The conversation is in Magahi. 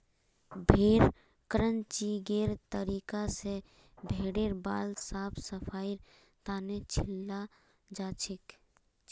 भेड़ क्रचिंगेर तरीका स भेड़ेर बाल साफ सफाईर तने छिलाल जाछेक